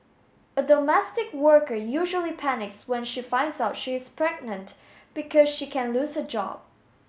a domestic worker usually panics when she finds out she is pregnant because she can lose her job